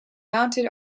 mounted